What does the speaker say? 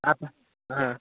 ఆ ప